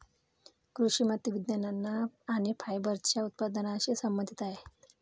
कृषी माती विज्ञान, अन्न आणि फायबरच्या उत्पादनाशी संबंधित आहेत